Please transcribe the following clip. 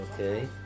Okay